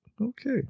okay